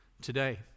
today